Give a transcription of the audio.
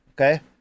Okay